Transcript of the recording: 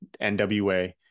nwa